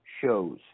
shows